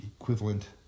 equivalent